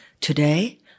Today